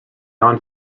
non